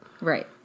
Right